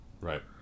Right